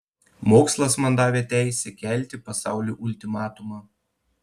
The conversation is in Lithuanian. mokslas man davė teisę kelti pasauliui ultimatumą